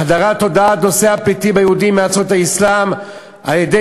החדרת תודעת נושא הפליטים היהודים מארצות האסלאם על-ידי